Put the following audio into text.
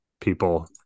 people